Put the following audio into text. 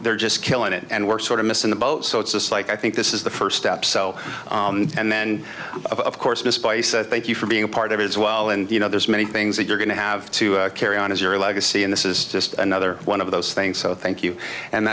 they're just killing it and we're sort of missing the boat so it's like i think this is the first step so and then of course misplace i thank you for being a part of it as well and you know there's many things that you're going to have to carry on as your legacy and this is just another one of those things so thank you and